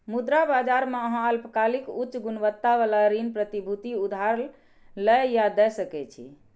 मुद्रा बाजार मे अहां अल्पकालिक, उच्च गुणवत्ता बला ऋण प्रतिभूति उधार लए या दै सकै छी